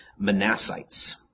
Manassites